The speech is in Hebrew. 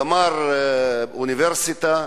גמר אוניברסיטה,